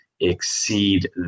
exceed